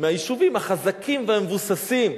היישובים החזקים והמבוססים,